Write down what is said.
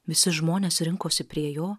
visi žmonės rinkosi prie jo